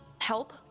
Help